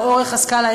או אורך הסקאלה,